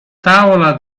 tavola